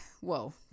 whoa